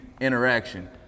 interaction